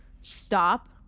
stop